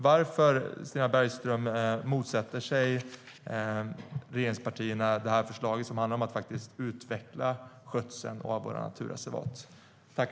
Varför motsätter sig regeringspartierna detta förslag, som faktiskt handlar om att utveckla skötseln av våra naturreservat?